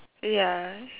ya